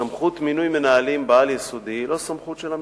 סמכות מינוי מנהלים בעל-יסודי היא לא סמכות של המשרד,